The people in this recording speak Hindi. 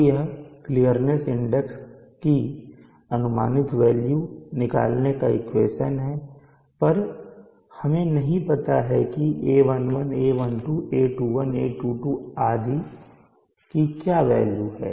तो यह क्लियरनेस इंडेक्स की अनुमानित वेल्यू निकालने का इक्वेशन है पर हमें नहीं पता की a11 a12 a21 a22 आदि की क्या वेल्यू है